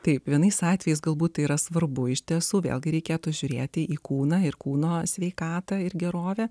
kaip vienais atvejais galbūt yra svarbu iš tiesų vėlgi reikėtų žiūrėti į kūną ir kūno sveikatą ir gerovę